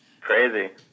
Crazy